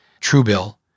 Truebill